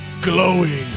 glowing